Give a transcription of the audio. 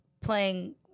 playing